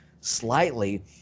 slightly